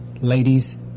Ladies